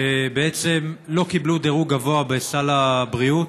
שבעצם לא קיבלו דירוג גבוה בסל הבריאות,